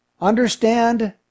Understand